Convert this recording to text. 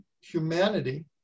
humanity